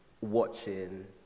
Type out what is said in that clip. watching